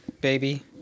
baby